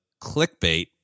clickbait